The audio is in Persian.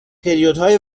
پریودهای